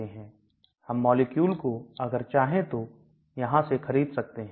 हम मॉलिक्यूल को अगर चाहे तो यहां से खरीद सकते हैं